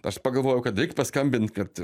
aš pagalvojau kad reik paskambint kad